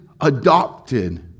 adopted